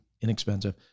inexpensive